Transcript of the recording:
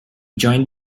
joined